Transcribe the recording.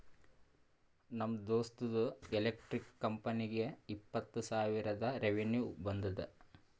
ನಮ್ ದೋಸ್ತ್ದು ಎಲೆಕ್ಟ್ರಿಕ್ ಕಂಪನಿಗ ಇಪ್ಪತ್ತ್ ಸಾವಿರ ರೆವೆನ್ಯೂ ಬಂದುದ